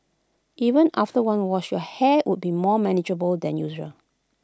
even after one wash your hair would be more manageable than usual